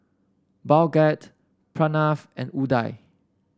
Bhagat Pranav and Udai